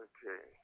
Okay